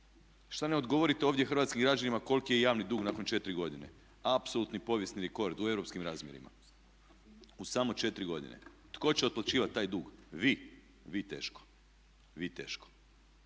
Šta ne odgovorite ovdje hrvatskim građanima koliki je javni dug nakon četiri godine? Apsolutni povijesni rekord u europskim razmjerima u samo četiri godine. Tko će otplaćivati taj dug? Vi? Vi teško, vi teško.